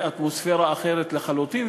זה אטמוספירה אחרת לחלוטין,